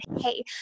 hey